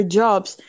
jobs